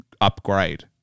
upgrade